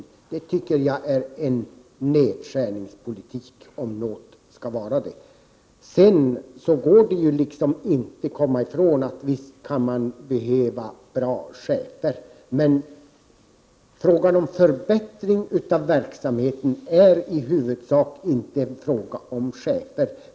Det om något tycker jag är nedskärningspolitik. Det går inte att komma ifrån att man kan behöva bra chefer. Men en förbättring av verksamheten är i huvudsak inte en fråga om chefer.